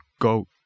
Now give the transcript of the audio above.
go